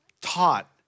taught